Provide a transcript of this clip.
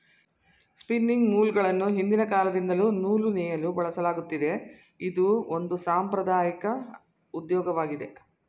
spinning ಮೂಲ್ಗಳನ್ನು ಹಿಂದಿನ ಕಾಲದಿಂದಲ್ಲೂ ನೂಲು ನೇಯಲು ಬಳಸಲಾಗತ್ತಿದೆ, ಇದು ಒಂದು ಸಾಂಪ್ರದಾಐಕ ಉದ್ಯೋಗವಾಗಿದೆ